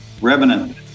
Revenant